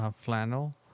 Flannel